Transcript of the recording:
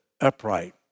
upright